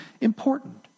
important